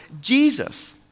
Jesus